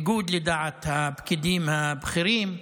שהכריע בניגוד לדעת הפקידים הבכירים,